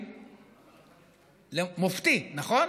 ככל יכולתו כדי להבטיח שהרפורמה הזאת תיושם הלכה למעשה.